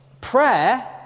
Prayer